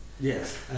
Yes